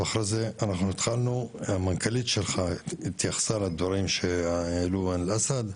אנחנו התחלנו מהמנכ"לית שלך שהתייחסה לדברים שהעלו על עין אל-אסד,